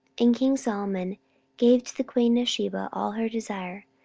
and king solomon gave to the queen of sheba all her desire,